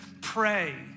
pray